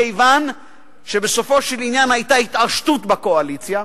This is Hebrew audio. כיוון שבסופו של עניין היתה התעשתות בקואליציה,